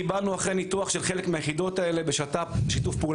את המקומות לסריקה קיבלנו אחרי ניתוח של חלק מהיחידות האלה בשת"פ איתנו,